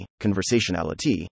conversationality